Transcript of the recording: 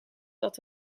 dat